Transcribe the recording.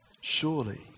Surely